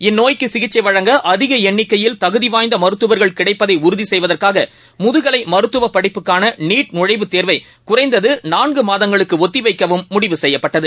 இந்நோய்க்குசிகிச்சைவழங்க அதிகஎண்ணிக்கையில் தகுதிவாய்ந்தமருத்துவர்கள் கிடைப்பதைஉறுதிசெய்வதற்காகமுதுகலைமருத்துவப் படிப்புக்கானநீட் ஙழைவுத் தேர்வைகுறைந்ததநான்குமாதங்களுக்குஒத்திவைக்கவும் முடிவு செய்யப்பட்டது